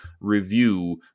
review